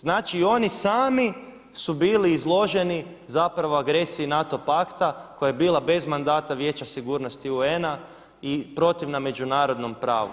Znači oni sami su bili izloženi agresiji NATO pakta koja je bila bez mandata Vijeća sigurnosti UN-a i protivna međunarodnom pravu.